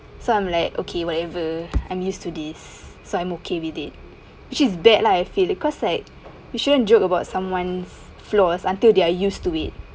so I'm like okay whatever I'm used to this so I'm okay with it she's bad lah I feel because like we shouldn't joke about someone's flaws until they're used to it